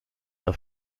auf